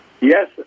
Yes